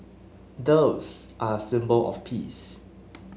doves are a symbol of peace